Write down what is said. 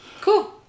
cool